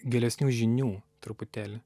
gilesnių žinių truputėlį